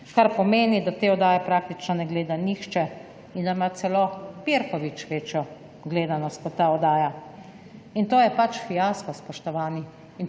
kar pomeni, da te oddaje praktično ne glede nihče in da ima celo Pirkovič večjo gledanost kot ta oddaja. To je pač fiasko, spoštovani.